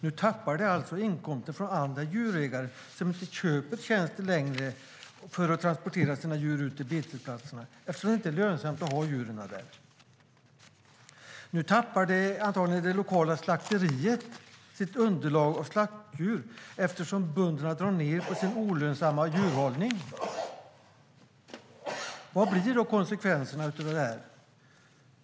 Nu tappar de alltså inkomster från andra djurägare, som inte längre köper tjänsten att transportera sina djur ut till betesplatserna eftersom det inte är lönsamt att ha djuren där. Nu tappar antagligen även det lokala slakteriet sitt underlag av slaktdjur, eftersom bönderna drar ned på sin olönsamma djurhållning. Vad blir då konsekvenserna?